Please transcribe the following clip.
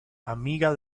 amiga